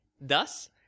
Thus